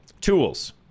tools